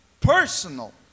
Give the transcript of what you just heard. personal